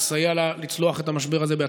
ותסייע לה לצלוח את המשבר הזה בהצלחה?